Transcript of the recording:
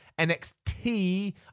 NXT